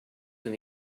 when